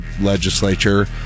legislature